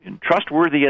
trustworthy